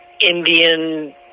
Indian